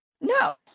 No